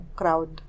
crowd